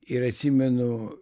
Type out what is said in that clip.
ir atsimenu